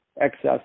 excess